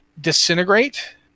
disintegrate